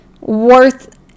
worth